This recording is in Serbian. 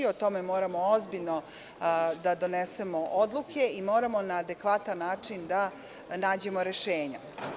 O tome moramo ozbiljno da donesemo odluke i moramo na adekvatan način da nađemo rešenje.